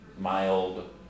mild